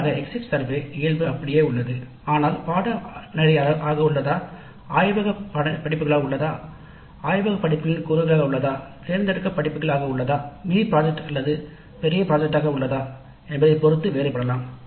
பரவலாக எக்ஸிட் சர்வேகணக்கெடுப்பு இயல்பு அப்படியே உள்ளது ஆனால் படிப்புகளாக உள்ளதா ஆய்வக படிப்புகளாக உள்ளதா ஆய்வக படிப்புகளின் கூறுகளாக உள்ளதா தேர்ந்தெடுக்கப்பட்ட படிப்புகள் ஆக உள்ளதா மினி திட்டங்கள் அல்லது பெரிய திட்டங்கள் ஆக எவ்வாறு உள்ளது என்பதைப் பொருத்து வேறுபடும்